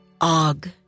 Og